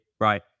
right